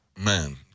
Man